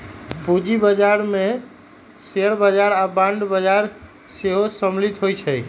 पूजी बजार में शेयर बजार आऽ बांड बजार सेहो सामिल होइ छै